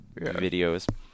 videos